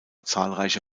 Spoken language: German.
zahlreiche